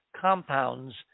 compounds